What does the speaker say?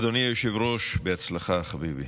אדוני היושב-ראש, בהצלחה, חביבי.